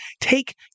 take